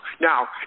Now